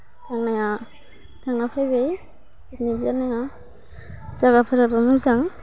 थांनाया थांना फायबाय पिकनिक जानाया जागाफोराबो मोजां